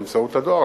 באמצעות הדואר,